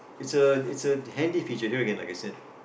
it's a it's a handy feature hear again like you said